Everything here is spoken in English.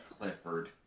Clifford